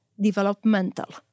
developmental